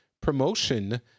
promotion